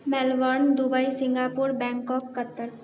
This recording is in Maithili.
Melbourne Dubai Singapore Bangkok Qatar